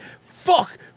fuck